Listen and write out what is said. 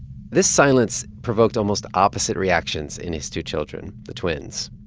this silence provoked almost opposite reactions in his two children, the twins.